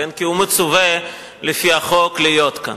כי הוא מצווה לפי החוק להיות כאן.